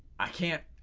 i can't,